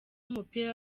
w’umupira